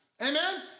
Amen